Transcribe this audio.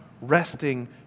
resting